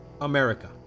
America